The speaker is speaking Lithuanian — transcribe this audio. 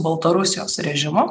baltarusijos režimu